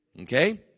Okay